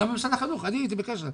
גם עם משרד החינוך אני הייתי בקשר.